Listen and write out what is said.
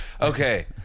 Okay